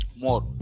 more